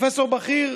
פרופסור בכיר,